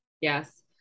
Yes